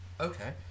Okay